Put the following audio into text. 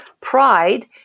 pride